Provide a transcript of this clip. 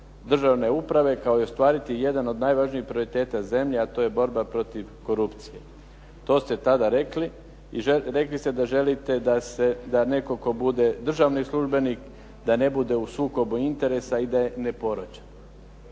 državne uprave, kao i ostvariti jedan od najvažnijih prioriteta zemlje, a to je borba protiv korupcije." To ste tada rekli i rekli ste da želite da se, da netko tko bude državni službenik da ne bude u sukobu interesa i da …/Govornik